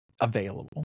available